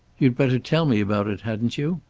you'd better tell me about it, hadn't you?